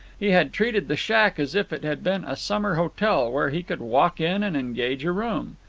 he had treated the shack as if it had been a summer hotel, where he could walk in and engage a room.